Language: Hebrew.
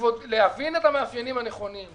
להבין את המאפיינים הנכונים,